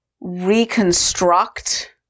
reconstruct